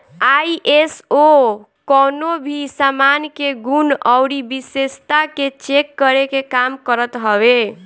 ISO कवनो भी सामान के गुण अउरी विशेषता के चेक करे के काम करत हवे